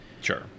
Sure